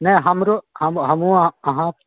नहि हमरो हम हमहुँ अहाँ